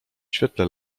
świetle